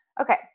Okay